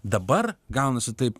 dabar gaunasi taip